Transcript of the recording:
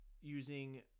using